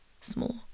small